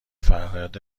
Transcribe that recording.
فریاد